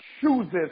chooses